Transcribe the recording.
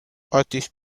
اتیش